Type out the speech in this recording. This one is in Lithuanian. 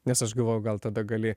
nes aš galvojau gal tada gali